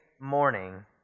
morning